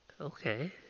Okay